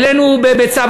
העלינו בצו,